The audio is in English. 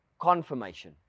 confirmation